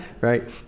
right